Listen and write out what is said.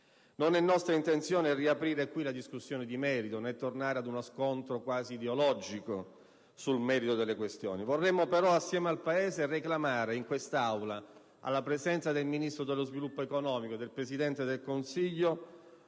Non è nostra intenzione riaprire qui la discussione di merito, né tornare ad uno scontro quasi ideologico sul merito delle questioni. Vorremmo però assieme al Paese reclamare in quest'Aula, alla presenza del Ministro dello sviluppo economico e del Presidente del Consiglio,